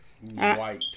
white